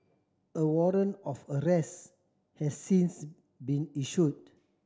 a warrant of arrest has since been issued